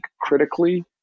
critically